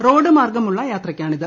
road മാർഗ്ഗമുള്ള യാത്രയ്ക്കാണിത്